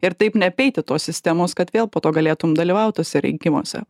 ir taip ne apeiti tos sistemos kad vėl po to galėtum dalyvaut tuose rinkimuose